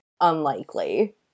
unlikely